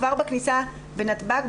כבר בכניסה לנתב"ג,